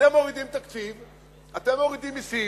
אתם מורידים תקציב, אתם מורידים מסים,